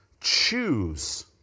choose